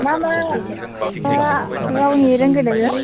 मा मा मा रावनि रोंगौ नोङो